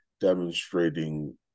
demonstrating